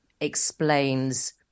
explains